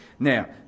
Now